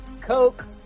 Coke